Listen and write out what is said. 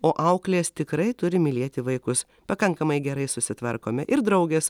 o auklės tikrai turi mylėti vaikus pakankamai gerai susitvarkome ir draugės